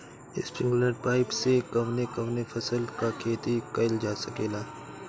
Sprinkler pipe से कवने कवने फसल क खेती कइल जा सकेला?